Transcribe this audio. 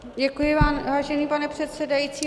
Děkuji vám, vážený pane předsedající.